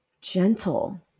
gentle